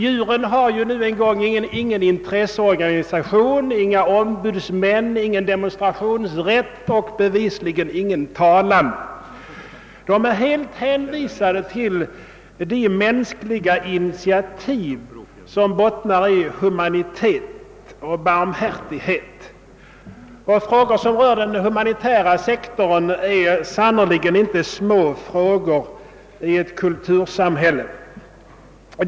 Djuren har nu en gång ingen egen intresseorganisation, inga ombudsmän, ingen demonstrationsrätt och bevisligen ingen talan. De är helt hänvisade till de mänskliga initiativ som bottnar i humanitet och barmhärtighet, och frågor som rör den humanitära sektorn är sannerligen inte små frågor i ett kultursamhälle.